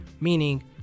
meaning